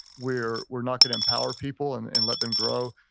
we're we're not going to empower people and and let them grow.